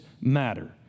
matter